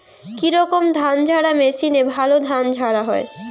কি রকম ধানঝাড়া মেশিনে ভালো ধান ঝাড়া হয়?